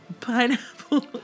Pineapple